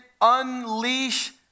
unleash